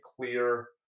clear